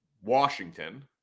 Washington